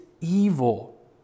evil